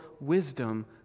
wisdom